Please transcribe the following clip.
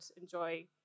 enjoy